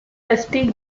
rusty